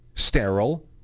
sterile